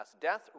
death